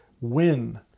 win